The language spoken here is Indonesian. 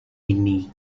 ini